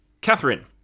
Catherine